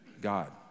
God